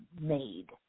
made